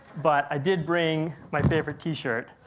but, i did bring my favorite t-shirt,